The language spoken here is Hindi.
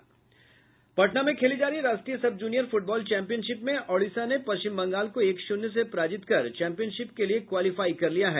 पटना में खेली जा रही राष्ट्रीय सब जूनियर फुटबॉल चौंपियनशिप में ओडिशा ने पश्चिम बंगाल को एक शून्य से पराजित कर चौंपियनशिप के लिए क्वालिफाइ कर लिया है